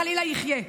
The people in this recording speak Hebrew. אם חלילה יחלה.